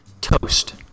Toast